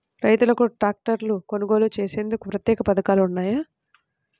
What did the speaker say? రైతులకు ట్రాక్టర్లు కొనుగోలు చేసేందుకు ప్రత్యేక పథకాలు ఉన్నాయా?